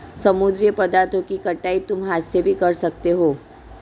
समुद्री पदार्थों की कटाई तुम हाथ से भी कर सकते हो